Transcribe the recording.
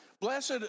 blessed